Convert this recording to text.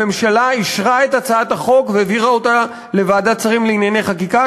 הממשלה אישרה את הצעת החוק והעבירה אותה לוועדת שרים לענייני חקיקה,